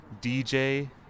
DJ